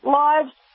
lives